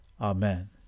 Amen